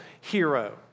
hero